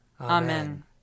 Amen